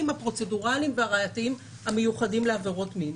הפרוצדורליים והראייתיים המיוחדים לעבירות מין.